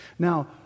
Now